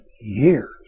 years